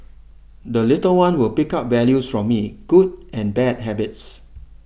the little one will pick up values from me good and bad habits